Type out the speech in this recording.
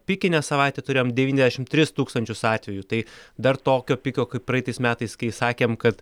pikinę savaitę turėjom devyniasdešimt tris tūkstančius atvejų tai dar tokio piko kaip praeitais metais kai sakėm kad